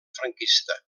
franquista